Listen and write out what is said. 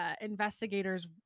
investigators